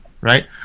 right